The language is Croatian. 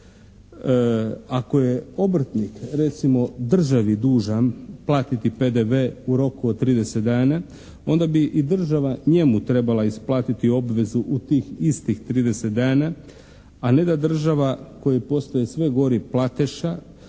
Ako je obrtnik recimo državi dužan platiti PDV u roku od 30 dana, onda bi država i njemu trebala isplatiti obvezu u tih istih 30 dana, a ne da država koja postaje sve gori plateša